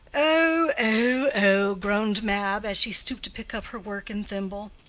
oh oh oh! groaned mab, as she stooped to pick up her work and thimble.